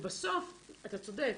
בסוף אתה צודק,